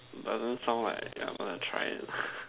doesn't sound like I'm going to try leh